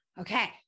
Okay